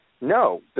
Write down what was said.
No